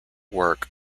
work